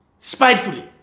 Spitefully